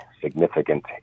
significant